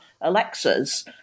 Alexas